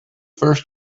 first